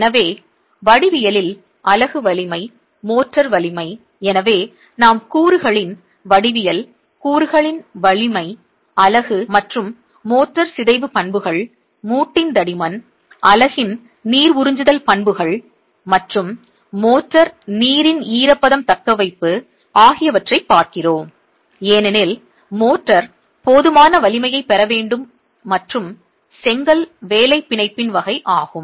எனவே வடிவியலில் அலகு வலிமை மோர்டார் வலிமை எனவே நாம் கூறுகளின் வடிவியல் கூறுகளின் வலிமை அலகு மற்றும் மோர்டார் சிதைவு பண்புகள் மூட்டின் தடிமன் அலகு இன் நீர் உறிஞ்சுதல் பண்புகள் மற்றும் மோர்டார் நீரின் ஈரப்பதம் தக்கவைப்பு ஆகியவற்றைப் பார்க்கிறோம் ஏனெனில் மோர்டார் போதுமான வலிமையைப் பெற வேண்டும் மற்றும் செங்கல் வேலை பிணைப்பின் வகை ஆகும்